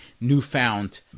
newfound